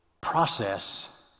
Process